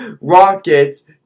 Rockets